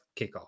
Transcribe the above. kickoff